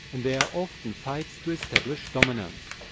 and there are often fights to establish dominance.